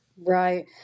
Right